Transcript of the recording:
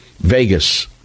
Vegas